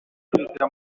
kwiga